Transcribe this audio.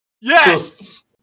Yes